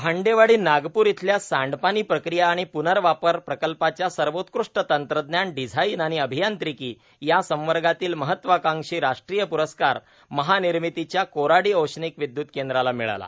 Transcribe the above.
भांडेवाडी नागप्र इथल्या सांडपाणी प्रक्रिया आणि प्नर्वापर प्रकल्पाच्या सर्वोत्कृष्ट तंत्रज्ञान डिझाईन आणि अभियांत्रिकी या संवर्गातील महत्वाकांक्षी राष्ट्रीय प्रस्कार महानिर्मितीच्या कोराडी औष्णिक विदयुत केंद्राला मिळाला